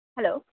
hello